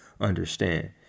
understand